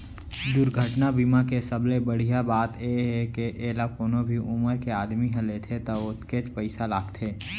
दुरघटना बीमा के सबले बड़िहा बात ए हे के एला कोनो भी उमर के आदमी ह लेथे त ओतकेच पइसा लागथे